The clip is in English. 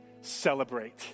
celebrate